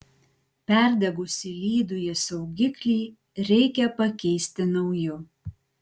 perdegusį lydųjį saugiklį reikia pakeisti nauju